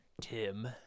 Tim